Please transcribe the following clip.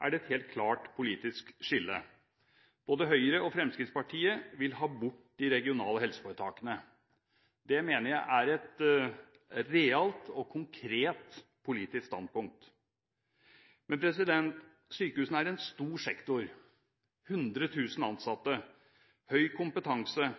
er det et helt klart politisk skille. Både Høyre og Fremskrittspartiet vil ha bort de regionale helseforetakene. Det mener jeg er et realt og konkret politisk standpunkt. Men sykehusene er en stor sektor som har 100 000 ansatte, høy kompetanse,